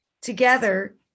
together